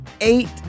eight